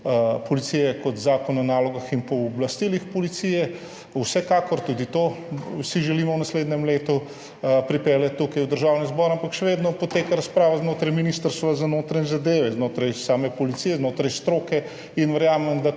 policiji kot Zakon o nalogah in pooblastilih policije si vsekakor želimo v naslednjem letu pripeljati sem, v Državni zbor, ampak še vedno poteka razprava znotraj Ministrstva za notranje zadeve, znotraj same policije, znotraj stroke. Verjamem,